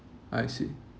I see